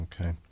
Okay